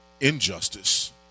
injustice